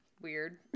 weird